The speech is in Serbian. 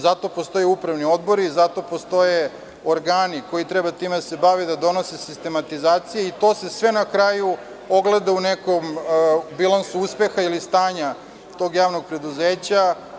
Zato postoje upravni odbori, zato postoje organi koji treba time da se bave, da donose sistematizacije i to se sve na kraju ogleda u nekom bilansu uspeha ili stanja tog javnog preduzeća.